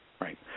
Right